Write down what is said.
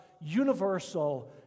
universal